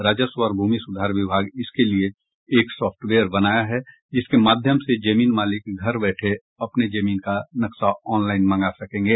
राजस्व और भूमि सुधार विभाग इसके लिए एक साफ्टवेयर बनाया है जिसके माध्यम से जमीन मालिक घर बैठे अपने जमीन का नक्शा ऑनलाइन मंगा सकेंगे